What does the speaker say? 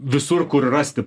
visur kur rasti